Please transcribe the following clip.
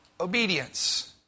obedience